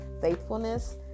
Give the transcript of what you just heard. faithfulness